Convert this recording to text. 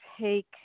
take